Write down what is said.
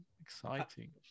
exciting